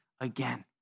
again